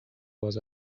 was